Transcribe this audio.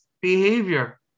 behavior